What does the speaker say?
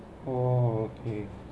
oh okay